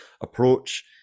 approach